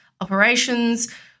operations